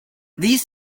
these